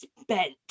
spent